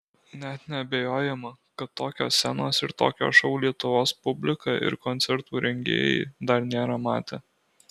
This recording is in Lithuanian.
net neabejojama kad tokios scenos ir tokio šou lietuvos publika ir koncertų rengėjai dar nėra matę